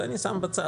את זה אני שם בצד.